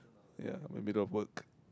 ya maybe that'll work